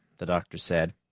the doctor said.